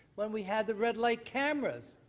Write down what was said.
when we had the red light cameras.